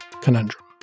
conundrum